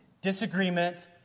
Disagreement